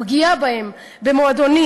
הפגיעה בהם במועדונים,